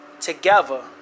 together